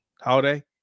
holiday